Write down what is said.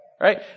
right